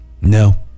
No